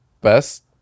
best